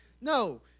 no